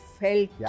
felt